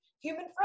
human